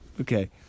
Okay